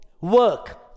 work